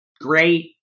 great